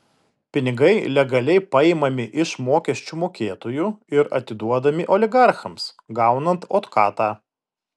pinigai legaliai paimami iš mokesčių mokėtojų ir atiduodami oligarchams gaunant otkatą